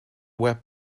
web